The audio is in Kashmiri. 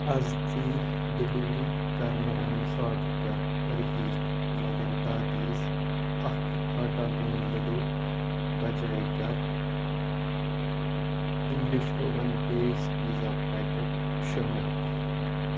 اَز ژیٖرۍ ڈیٚلِؤر کرنہٕ آمُت آرڈر کر رِپیٖٹ مگر دادیٖز اکھ آٹا گونٛد لڈوٗ بجاے کر English oven base pizza packet شٲمِل